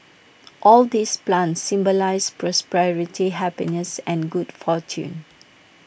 all these plants symbolise prosperity happiness and good fortune